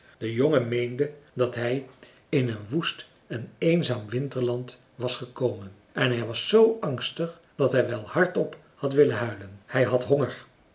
de jongen meende dat hij in een woest en eenzaam winterland was gekomen en hij was zoo angstig dat hij wel hardop had willen huilen hij had honger